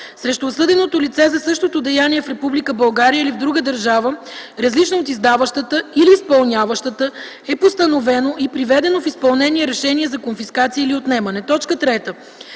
срещу осъденото лице за същото деяние в Република България или в друга държава, различна от издаващата или изпълняващата, е постановено и приведено в изпълнение решение за конфискация или отнемане; 3.